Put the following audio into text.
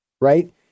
right